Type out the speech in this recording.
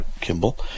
Kimball